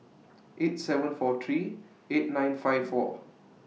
eight seven four three eight nine five four